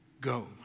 Go